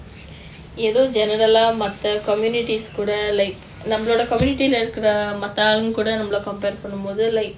எதோ:etho general ah மத்த:matha communities கூட:kuda like நம்பலோட:nambaloda community இருக்குற மத்த ஆளுங்க கூட நம்பல:irukkura matta aalunka kuda nambala compare பண்ணும்போது:pannumpothu like